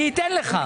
אני אתן לך.